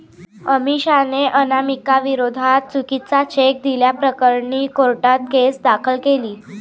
अमिषाने अनामिकाविरोधात चुकीचा चेक दिल्याप्रकरणी कोर्टात केस दाखल केली